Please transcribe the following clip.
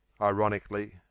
Ironically